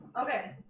Okay